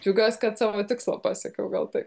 džiaugiuosi kad savo tikslą pasiekiau gal taip